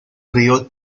río